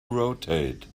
rotate